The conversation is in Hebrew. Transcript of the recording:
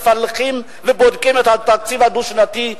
מפלחים ובודקים את התקציב הדו-שנתי,